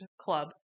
club